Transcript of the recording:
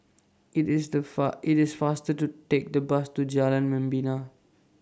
IT IS The Far IT IS faster to Take The Bus to Jalan Membina